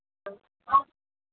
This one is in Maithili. हँ हँ